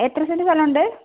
എത്ര സെൻറ്റ് സ്ഥലം ഉണ്ട്